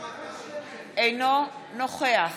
אינו נוכח